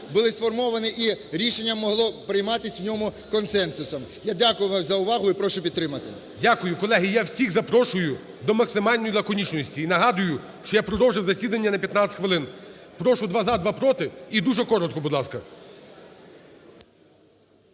були сформовані і рішення могло прийматися в ньому консенсусом. Я дякую вам за увагу і прошу підтримати. ГОЛОВУЮЧИЙ. Дякую. Колеги, я всіх запрошую до максимальної лаконічності. І нагадую, що я продовжив засідання на 15 хвилин. Прошу: два – за, два – проти. І дуже коротко, будь ласка.